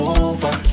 over